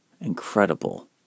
Incredible